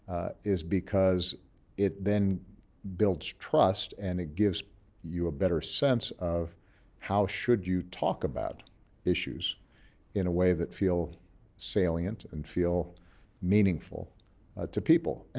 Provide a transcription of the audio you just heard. is because it then builds trust and it gives you a better sense of how should you talk about issues in a way that feel salient and feel meaningful to people. and